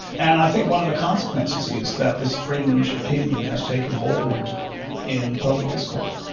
and i think one of the consequences is that this fringe opinion has taken hold in public discourse.